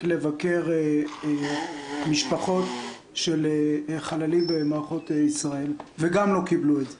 לבקר משפחות של חללים במערכות ישראל וגם לא קיבלו את זה.